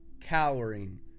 cowering